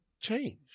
change